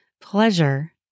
pleasure